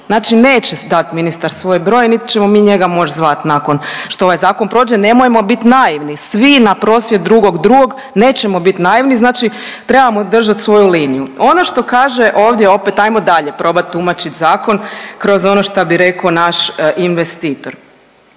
znači neće dat ministar svoj broj, niti ćemo mi njega moć zvat nakon što ovaj zakon prođe. Nemojmo bit naivni, svi na prosvjed 2.2., nećemo bit naivni, znači trebamo držat svoju liniju. Ono što kaže ovdje opet ajmo dalje probat tumačit zakon kroz ono šta bi reko naš investitor.